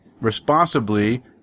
responsibly